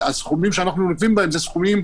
והסכומים שאנחנו נוקבים בהם אלו סכומים